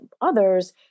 others